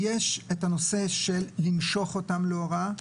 יש את הנושא של למשוך אותם להוראה,